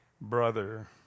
brother